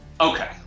Okay